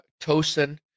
Tosin